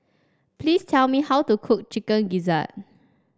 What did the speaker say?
please tell me how to cook Chicken Gizzard